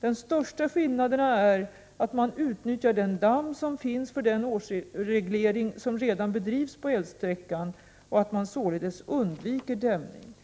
De största skillnaderna är att man utnyttjar den damm som finns för den årsreglering som redan bedrivs på älvsträckan och att man således undviker dämning.